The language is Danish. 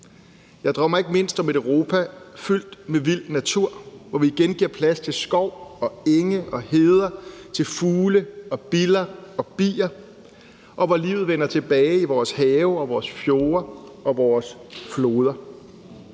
Jeg drømmer ikke mindst om et Europa fyldt med vild natur, hvor vi igen giver plads til skov og enge og heder og til fugle og biller og bier, og hvor livet vender tilbage i vores have og vores fjorde og vores floder.